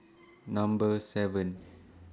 Number seven